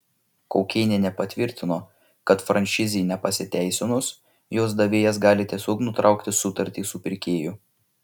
kaukėnienė patvirtino kad franšizei nepasiteisinus jos davėjas gali tiesiog nutraukti sutartį su pirkėju